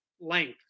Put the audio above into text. length